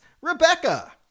Rebecca